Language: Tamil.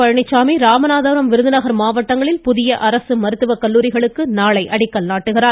பழனிச்சாமி இராமநாதபுரம் விருதுநகர் மாவட்டங்களில் புதிய அரசு மருத்துவ கல்லூரிகளுக்கு நாளை அடிக்கல் நாட்டுகிறார்